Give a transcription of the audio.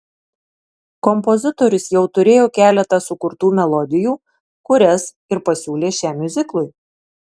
kompozitorius jau turėjo keletą sukurtų melodijų kurias ir pasiūlė šiam miuziklui